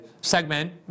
segment